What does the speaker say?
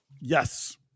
Yes